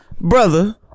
brother